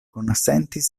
konsentis